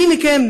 מי מכם,